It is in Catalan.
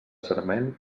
sarment